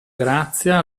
grazia